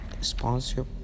sponsor